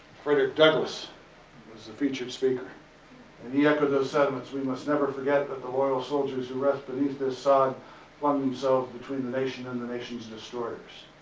frederick douglass was the featured speaker and he echoed those sentiments, we must never forget that the loyal soldiers who and rest beneath this sod flung themselves between the nation and the nation's destroyers.